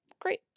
Great